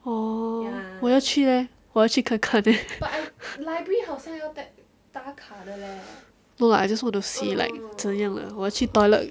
oh 我要去 leh 我要去看看 eh no lah I just want to see like 怎样的我要去 toilet